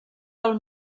del